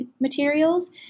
materials